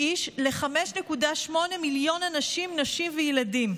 איש ל-5.8 מיליון אנשים, נשים וילדים.